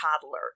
toddler